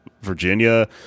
virginia